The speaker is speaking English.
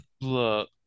look